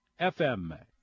FM